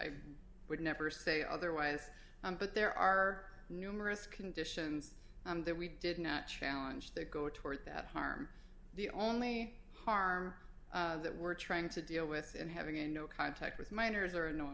i would never say otherwise but there are numerous conditions that we did not challenge that go toward that harm the only harm that we're trying to deal with and having no contact with minors or no